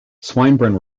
swinburne